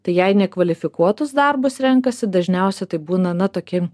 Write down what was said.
tai jei nekvalifikuotus darbus renkasi dažniausiai tai būna tokie